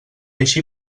així